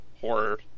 Horror